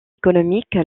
économique